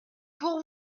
pour